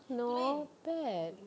not bad